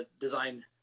design